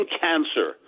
cancer